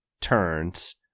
turns